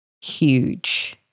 huge